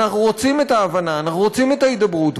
אנחנו רוצים את ההבנה, אנחנו רוצים את ההידברות.